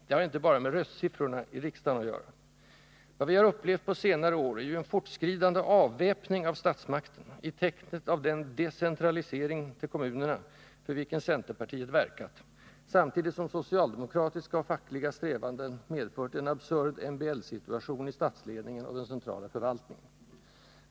Det har inte bara med röstsiffrorna i riksdagen att göra. Vad vi har upplevt på senare år är ju en fortskridande avväpning av statsmakten, i tecknet av den decentralisering till kommunerna för vilken centerpartiet verkat, samtidigt som socialdemokratiska och fackliga strävanden medfört en absurd MBL-situation i statsledningen och den centrala förvaltningen.